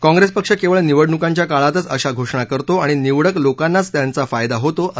काँप्रेस पक्ष केवळ निवडणुकांच्या काळातच अशा घोषणा करतो आणि निवडक लोकांनाच त्यांचा फायदा होतो असं ते म्हणाले